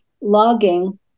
logging